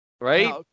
Right